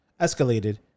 escalated